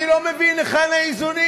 אני לא מבין היכן האיזונים.